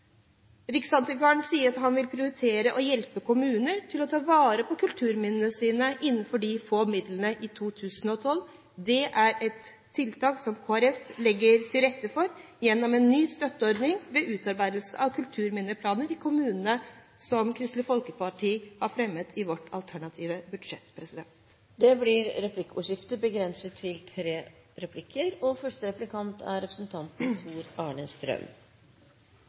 sier at han vil prioritere å hjelpe kommunene til å ta vare på kulturminnene sine innenfor de få midlene i 2012. Det er et tiltak som Kristelig Folkeparti legger til rette for gjennom en ny støtteordning for utarbeidelse av kulturminneplaner i kommunene, noe vi har fremmet i vårt alternative budsjett. Det blir replikkordskifte.